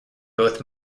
both